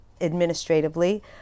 administratively